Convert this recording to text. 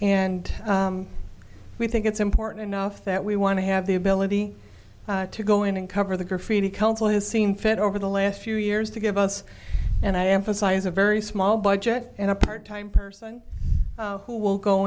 and we think it's important enough that we want to have the ability to go in and cover the graffiti council has seen fit over the last few years to give us and i emphasize a very small budget and a part time person who will go